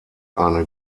eine